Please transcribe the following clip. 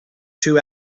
two